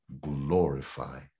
glorify